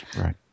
Right